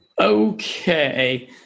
Okay